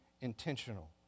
intentional